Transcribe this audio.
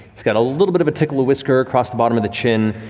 he's got a little bit of a tickle of whisker across the bottom of the chin.